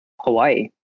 Hawaii